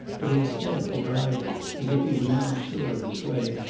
but instead the driver, as if he were now sure of his way,